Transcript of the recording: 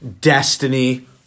Destiny